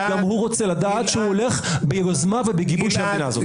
גם הוא רוצה לדעת שהוא הולך ביוזמה ובגיבוי של המדינה הזאת.